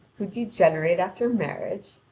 who degenerate after marriage?